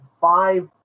five